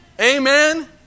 Amen